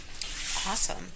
Awesome